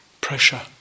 pressure